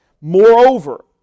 Moreover